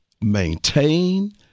maintain